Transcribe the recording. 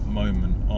moment